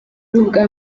ubwa